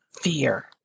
fear